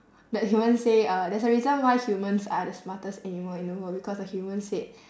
that human say uh there's a reason why humans are the smartest animal in the world because the human said